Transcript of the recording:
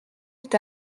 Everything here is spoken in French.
est